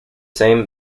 same